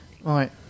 Right